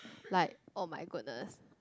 like oh my goodness